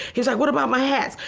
he was like what about my hats?